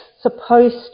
supposed